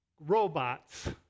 Robots